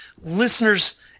listeners